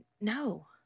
no